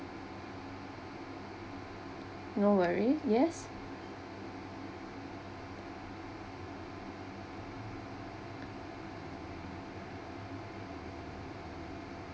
no worry yes